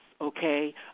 okay